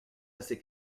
assez